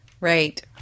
Right